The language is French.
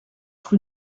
rue